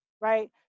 right